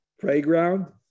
playground